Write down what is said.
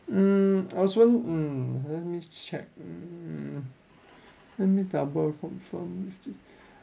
mm I was won~ um let me check mm let me double confirm with the